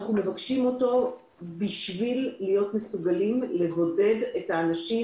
אלא אנחנו מבקשים אותו כדי להיות מסוגלים לבודד את האנשים,